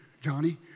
Johnny